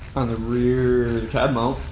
on the rear cab mount.